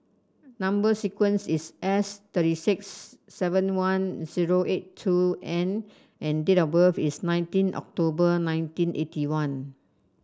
number sequence is S thirty six seven one zero eight two N and date of birth is nineteen October nineteen eighty one